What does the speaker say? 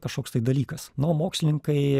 kažkoks tai dalykas na o mokslininkai